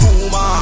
Kuma